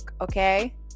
okay